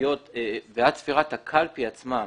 הקלפי עצמה,